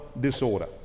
disorder